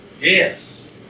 yes